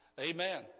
Amen